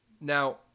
Now